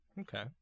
Okay